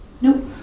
Nope